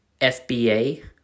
FBA